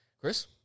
Chris